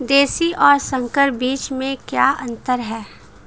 देशी और संकर बीज में क्या अंतर है?